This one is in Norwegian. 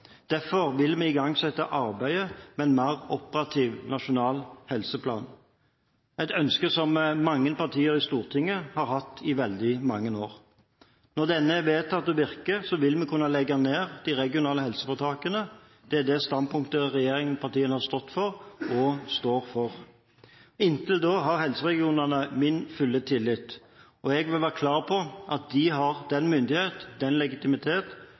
Derfor vil vi igangsette arbeidet med en mer operativ nasjonal helseplan, et ønske som mange partier i Stortinget har hatt i veldig mange år. Når denne er vedtatt og virker, vil vi kunne legge ned de regionale helseforetakene. Det er det standpunktet regjeringspartiene har stått for – og står for. Inntil da har helseregionene min fulle tillit, og jeg vil være klar på at de har den myndighet og den legitimitet